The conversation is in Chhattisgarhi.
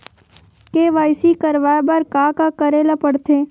के.वाई.सी करवाय बर का का करे ल पड़थे?